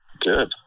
Good